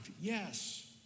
yes